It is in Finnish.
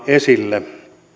esille